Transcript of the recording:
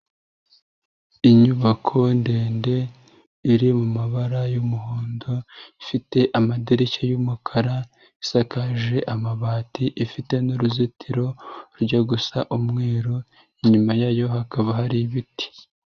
Inyubako ndende, iri mu mabara y'umuhondo, ifite amadirishya y'umukara, isakaje amabati ifite nu'ruzitiro rujya gusa umweru, inyuma yayo hakaba hari ibiti.